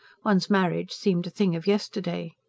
one's marriage seemed a thing of yesterday.